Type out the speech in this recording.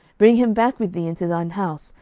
bring him back with thee into thine house,